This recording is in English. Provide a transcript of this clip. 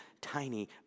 tiny